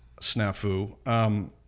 snafu